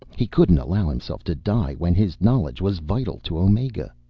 he couldn't allow himself to die when his knowledge was vital to omega.